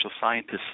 scientists